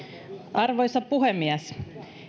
arvoisa puhemies